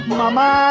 mama